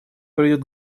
приведет